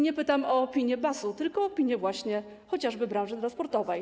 Nie pytam o opinię BAS-u, tylko pytam o opinie chociażby branży transportowej.